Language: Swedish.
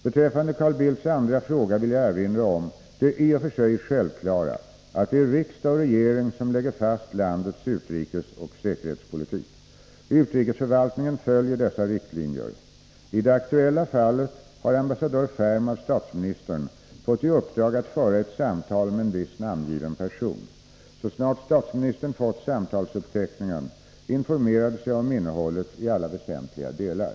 Beträffande Carl Bildts andra fråga vill jag erinra om det i och för sig självklara att det är riksdag och regering som lägger fast landets utrikesoch säkerhetspolitik. Utrikesförvaltningen följer dessa riktlinjer. I det aktuella fallet har ambassadör Ferm av statsministern fått i uppdrag att föra ett samtal med en viss namngiven person. Så snart statsministern fått samtalsuppteckningen informerades jag om innehållet i alla väsentliga delar.